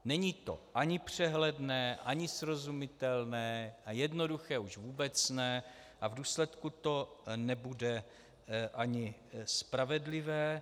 Není to ani přehledné, ani srozumitelné, a jednoduché už vůbec ne a v důsledku to nebude ani spravedlivé.